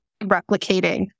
replicating